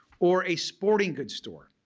or a sporting goods store,